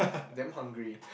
damn hungry